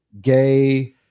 Gay